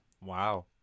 Wow